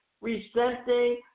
Resenting